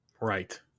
Right